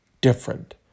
different